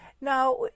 Now